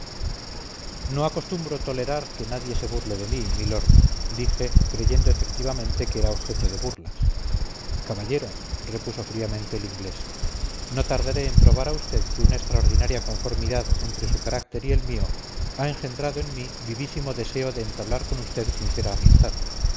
no acostumbro tolerar que nadie se burle de mí milord dije creyendo efectivamente que era objeto de burlas caballero repuso fríamente el inglés no tardaré en probar a usted que una extraordinaria conformidad entre su carácter y el mío ha engendrado en mí vivísimo deseo de entablar con usted sincera amistad